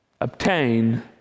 obtain